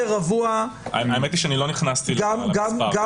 האמת היא שלא נכנסתי למספר.